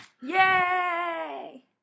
Yay